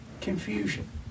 confusion